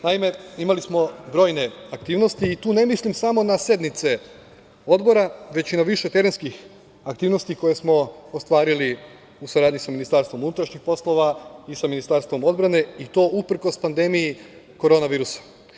Naime, imali smo brojne aktivnosti i tu ne mislim samo na sednice Odbora, već i na više terenskih aktivnosti koje smo ostvarili u saradnji sa MUP i sa Ministarstvom odbrane, i to uprkos pandemiji korona virusa.